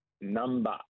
number